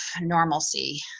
normalcy